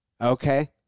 Okay